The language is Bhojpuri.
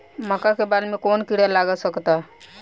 मका के बाल में कवन किड़ा लाग सकता?